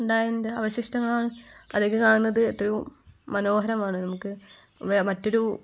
ഉണ്ടായിട്ടുണ്ട് അവശിഷ്ടങ്ങളാണ് അതൊക്കെ കാണുന്നത് എത്രയോ മനോഹരമാണ് നമുക്ക് മറ്റൊരു